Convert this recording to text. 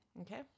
Okay